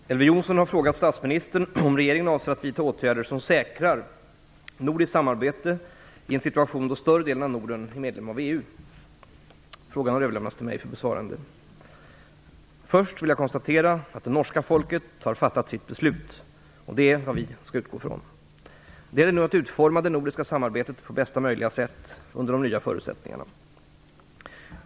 Fru talman! Elver Jonsson har frågat statsministern om regeringen avser att vidta åtgärder som säkrar nordiskt samarbete i en situation då större delen av Norden är medlem i EU. Frågan har överlämnats till mig för besvarande. Först vill jag konstatera att norska folket har fattat sitt beslut. Det är vad vi skall utgå från. Det gäller nu att utforma det nordiska samarbetet på bästa möjliga sätt under de nya förutsättningarna.